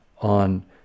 on